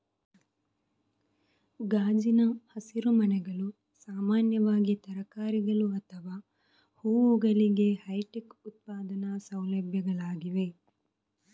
ಗಾಜಿನ ಹಸಿರುಮನೆಗಳು ಸಾಮಾನ್ಯವಾಗಿ ತರಕಾರಿಗಳು ಅಥವಾ ಹೂವುಗಳಿಗೆ ಹೈಟೆಕ್ ಉತ್ಪಾದನಾ ಸೌಲಭ್ಯಗಳಾಗಿವೆ